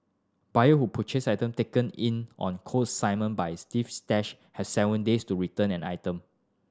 buyer who purchase item taken in on consignment by Stash has seven days to return an item